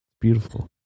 Beautiful